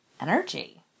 energy